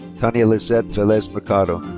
tania lizvette velez mercado.